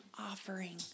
offering